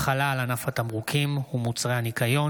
(החלה על ענף התמרוקים ומוצרי הניקיון),